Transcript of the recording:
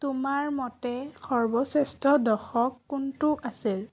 তোমাৰ মতে সৰ্বশ্ৰেষ্ঠ দশক কোনটো আছিল